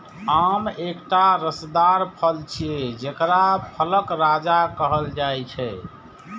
आम एकटा रसदार फल छियै, जेकरा फलक राजा कहल जाइ छै